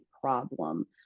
problem